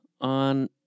on